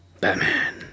Batman